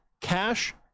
cash